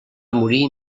morir